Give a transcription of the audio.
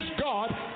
God